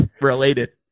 related